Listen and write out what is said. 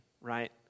right